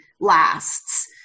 lasts